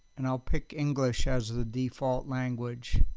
and i'll pick english as the default language.